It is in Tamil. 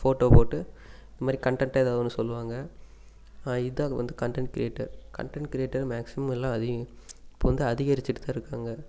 ஃபோட்டோ போட்டு இந்த மாதிரி கன்டென்ட்டாக எதாவது ஒன்று சொல்லுவாங்க இதுதான் வந்து content creator content creator maximum எல்லாம் அதிகம் இப்போ வந்து அதிகரித்துட்டுதான் இருக்காங்க